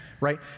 right